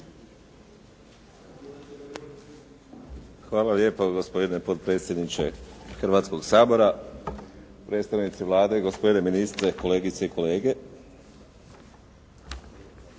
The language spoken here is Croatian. Hvala lijepa, gospodine potpredsjedniče Hrvatskoga sabora. Predstavnici Vlade, gospodine ministre, kolegice i kolege.